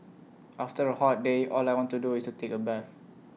after A hot day all I want to do is to take A bath